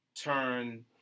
turn